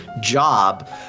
job